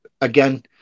again